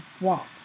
walk